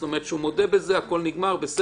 זאת אומרת הוא מודה בזה והכול בסדר,